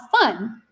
fun